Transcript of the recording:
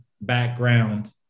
background